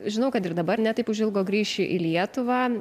žinau kad ir dabar ne taip užilgo grįši į lietuvą